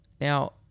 now